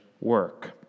work